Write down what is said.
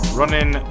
running